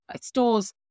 stores